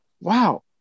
wow